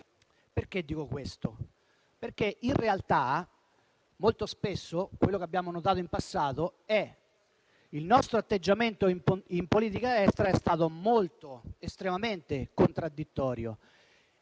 gestire. Dico questo perché, in realtà, molto spesso - lo abbiamo notato in passato - il nostro atteggiamento in politica estera è stato estremamente contraddittorio